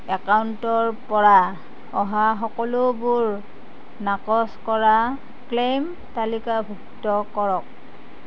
একাউণ্টৰপৰা অহা সকলোবোৰ নাকচ কৰা ক্লেইম তালিকাভুক্ত কৰক